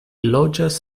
loĝas